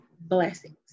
blessings